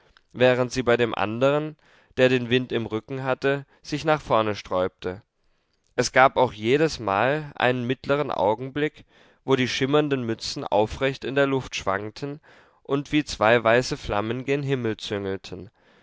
während sie bei dem andern der den wind im rücken hatte sich nach vorne sträubte es gab auch jedesmal einen mittleren augenblick wo die schimmernden mützen aufrecht in der luft schwankten und wie zwei weiße flammen gen himmel züngelten